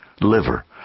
liver